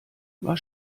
war